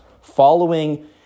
following